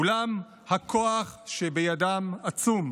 אולם הכוח שבידם עצום.